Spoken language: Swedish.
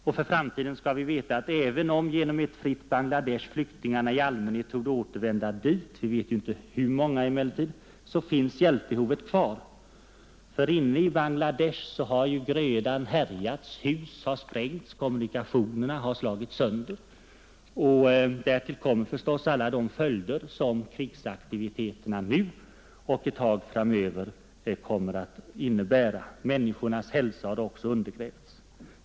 Och för framtiden skall vi veta, att även om flyktingarna i allmänhet torde återvända till ett fritt Bangla Desh — vi vet dock inte hur många — så finns hjälpbehovet kvar. För inne i Bangla Desh har grödan härjats, hus sprängts, kommunikationer slagits sönder och hälsan hos människorna undergrävts. Därtill kommer förstås alla de följder som krigsaktiviteterna nu och ett tag framöver kommer att innebära.